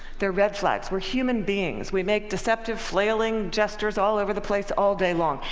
they're red flags. we're human beings. we make deceptive flailing gestures all over the place all day long.